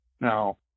Now